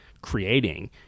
creating